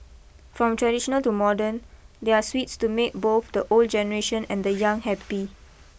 from traditional to modern there are sweets to make both the old generation and the young happy